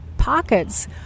pockets